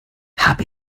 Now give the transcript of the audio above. habe